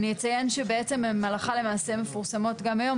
אני אציין שבעצם הן הלכה למעשה מפורסמות גם היום.